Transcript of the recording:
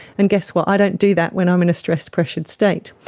and guess what, i don't do that when i'm in a stressed, pressured state.